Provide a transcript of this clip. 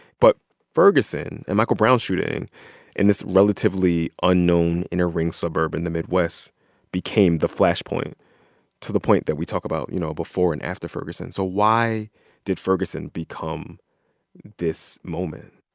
but ferguson and michael brown's shooting in this relatively unknown inner-ring suburb in the midwest became the flashpoint to the point that we talk about, you know, before and after ferguson. so why did ferguson become this moment?